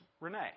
Renee